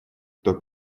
кто